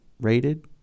Rated